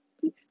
Peace